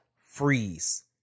freeze